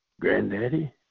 granddaddy